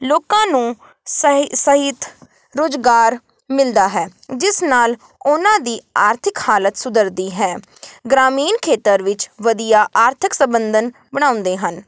ਲੋਕਾਂ ਨੂੰ ਸਹਿ ਸਹਿਤ ਰੁਜ਼ਗਾਰ ਮਿਲਦਾ ਹੈ ਜਿਸ ਨਾਲ ਉਨ੍ਹਾਂ ਦੀ ਆਰਥਿਕ ਹਾਲਤ ਸੁਧਰਦੀ ਹੈ ਗ੍ਰਾਮੀਣ ਖੇਤਰ ਵਿੱਚ ਵਧੀਆ ਆਰਥਿਕ ਸੰਬੰਧਨ ਬਣਾਉਂਦੇ ਹਨ